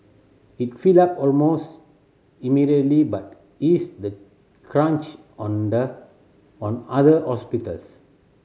it filled up almost immediately but eased the crunch on the on other hospitals